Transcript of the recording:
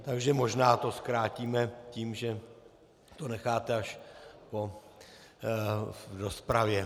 Takže možná to zkrátíme tím, že to necháte až v rozpravě.